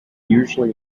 usually